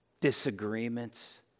disagreements